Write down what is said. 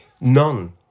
None